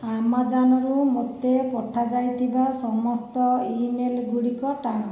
ଆମାଜନରୁ ମୋତେ ପଠାଅଯାଇଥିବା ସମସ୍ତ ଇମେଲଗୁଡିକ ଟାଣ